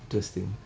interesting